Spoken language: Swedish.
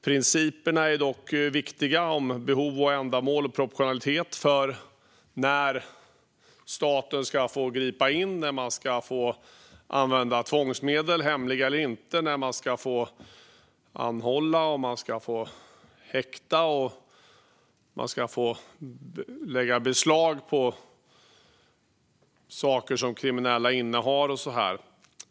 Principerna om behov, ändamål och proportionalitet är dock viktiga för när staten ska få gripa in - när man ska få använda tvångsmedel, hemliga eller inte; när man ska få anhålla, häkta, lägga beslag på saker som kriminella innehar och så vidare.